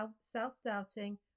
self-doubting